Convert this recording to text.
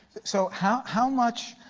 so how how much,